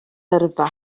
yrfa